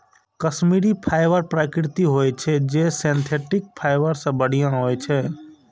Kashmiri fibre प्राकृतिक होइ छै, जे सिंथेटिक फाइबर सं बढ़िया होइ छै